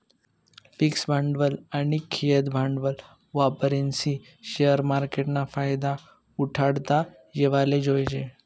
fix भांडवल आनी खेयतं भांडवल वापरीस्नी शेअर मार्केटना फायदा उठाडता येवाले जोयजे